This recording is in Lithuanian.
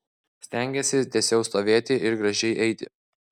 stengiesi tiesiau stovėti ir gražiai eiti